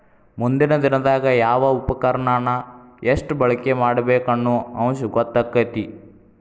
ಮುಂದಿನ ದಿನದಾಗ ಯಾವ ಉಪಕರಣಾನ ಎಷ್ಟ ಬಳಕೆ ಮಾಡಬೇಕ ಅನ್ನು ಅಂಶ ಗೊತ್ತಕ್ಕತಿ